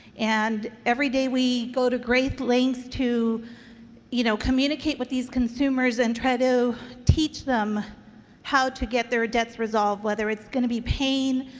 and every day, we go to great length to you know communicate with these consumers and try to teach them how to get their debts resolved, whether it's going to be paying,